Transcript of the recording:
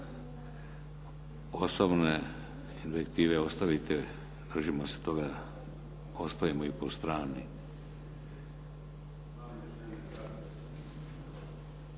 razumije./ ... ostavite, držimo se toga, ostavimo se po strani.